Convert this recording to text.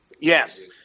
yes